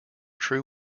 true